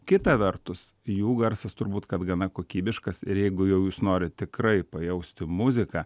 kita vertus jų garsas turbūt kad gana kokybiškas ir jeigu jau jūs norit tikrai pajausti muziką